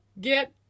get